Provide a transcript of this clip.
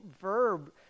verb